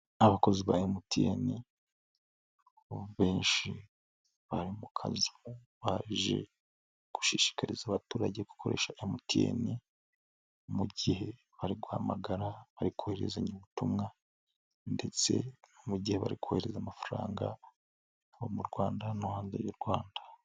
Abakozi ba MTN ni benshi bari mu kazi, baje gushishikariza abaturage gukoresha MTN mu gihe bari guhamagara, bari kohererezanya ubutumwa ndetse no mu gihe bari kohereza amafaranga, haba mu Rwanda no hanze y'u Rwanda.